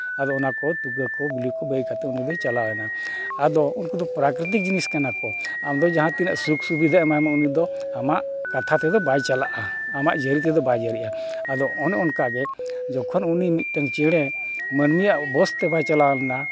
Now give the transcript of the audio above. ᱟᱫᱚ ᱚᱱᱟ ᱠᱚ ᱛᱩᱠᱟᱹ ᱠᱚ ᱵᱤᱞᱤ ᱠᱚ ᱵᱟᱹᱜᱤ ᱠᱟᱛᱮᱫ ᱩᱱᱤ ᱫᱚᱭ ᱪᱟᱞᱟᱣᱮᱱᱟ ᱟᱫᱚ ᱩᱱᱠᱩ ᱫᱚ ᱯᱨᱟᱠᱨᱤᱛᱤᱠ ᱡᱤᱱᱤᱥᱠᱟᱱᱟ ᱠᱚ ᱟᱢᱫᱚ ᱡᱟᱦᱟᱸ ᱛᱤᱱᱟᱹᱜ ᱥᱩᱠᱷ ᱥᱩᱵᱤᱫᱷᱟ ᱮᱢᱟᱭ ᱢᱮ ᱩᱱᱤ ᱫᱚ ᱟᱢᱟᱜ ᱠᱟᱛᱷᱟ ᱛᱮᱫᱚ ᱵᱟᱭ ᱪᱟᱞᱟᱜᱼᱟ ᱟᱢᱟᱜ ᱡᱷᱟᱹᱞᱤ ᱛᱮᱫᱚ ᱵᱟᱭ ᱡᱷᱟᱹᱞᱤᱜᱼᱟ ᱟᱫᱚ ᱚᱱᱮ ᱚᱱᱠᱟ ᱜᱮ ᱡᱚᱠᱷᱚᱱ ᱩᱱᱤ ᱢᱤᱫᱴᱟᱱ ᱪᱮᱬᱮ ᱢᱟᱹᱱᱢᱤᱭᱟᱜ ᱵᱚᱥᱛᱮ ᱵᱟᱭ ᱪᱟᱞᱟᱣ ᱞᱮᱱᱟ